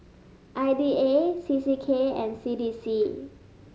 I D A C C K and C D C